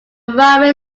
railway